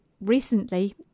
recently